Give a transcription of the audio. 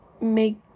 make